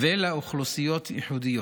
ולאוכלוסיות ייחודיות: